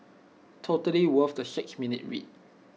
totally worth the six minutes read